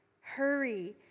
Hurry